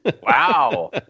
Wow